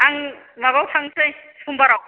आं माबायाव थांनोसै सम्बाराव